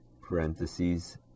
parentheses